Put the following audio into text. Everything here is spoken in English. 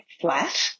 flat